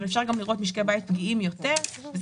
אבל אפשר גם לראות משקי בית פגיעים יותר,